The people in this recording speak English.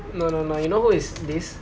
no no no you know who is this